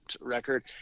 record